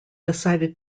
decided